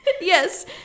Yes